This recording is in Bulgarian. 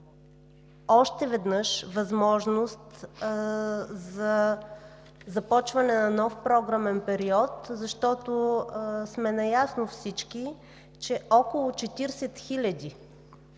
още веднъж възможност за започване на нов програмен период, защото всички сме наясно, че около 40 хиляди